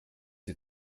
sie